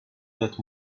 that